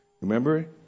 Remember